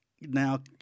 now